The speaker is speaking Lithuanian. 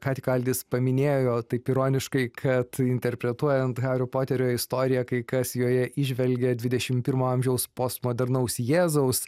ką tik aldis paminėjo taip ironiškai kad interpretuojant hario poterio istoriją kai kas joje įžvelgia dvidešim pirmo amžiaus postmodernaus jėzaus